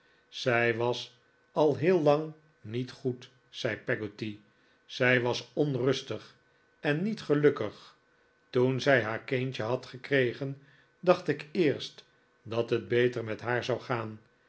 zij was al heel lang niet goed zei peggotty zij was onrustig en niet gelukkig toen zij haar kindje had gekregen dacht ik eerst dat het beter met haar zou gaan